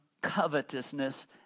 covetousness